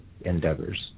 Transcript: endeavors